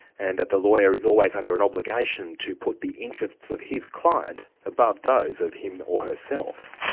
and that the lawyer is always under an obligation to put the interests of his client above those of him or herself.